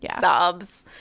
sobs